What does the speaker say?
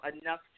enough